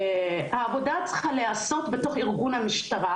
העבודה צריכה להיעשות בתוך ארגון המשטרה,